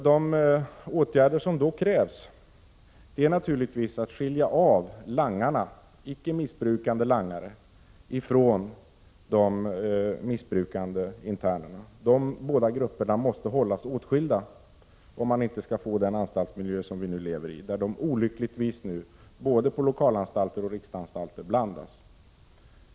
De åtgärder som då krävs är att skilja av icke missbrukande langare från de missbrukande internerna. De båda grupperna måste hållas åtskilda om man inte skall få behålla den anstaltsmiljö vi nu lever med — där de olyckligtvis blandas, både på lokalanstalter och riksanstalter.